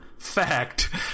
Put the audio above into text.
fact